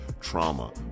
trauma